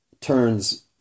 turns